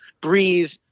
breathe